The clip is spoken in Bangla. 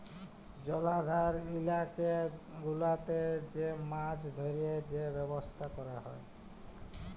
জলাধার ইলাকা গুলাতে যে মাছ ধ্যরে যে ব্যবসা ক্যরা হ্যয়